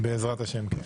בעזרת השם, כן.